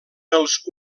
els